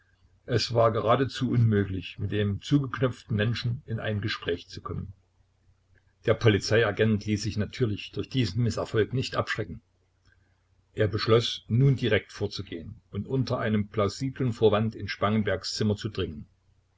es war geradezu unmöglich mit dem zugeknöpften menschen in ein gespräch zu kommen der polizeiagent ließ sich natürlich durch diesen mißerfolg nicht abschrecken er beschloß nun direkt vorzugehen und unter einem plausiblen vorwand in spangenbergs zimmer zu dringen